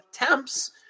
attempts